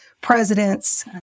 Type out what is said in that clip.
presidents